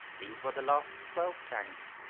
these were the last twelve tanks.